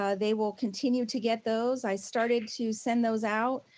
ah they will continue to get those. i started to send those out,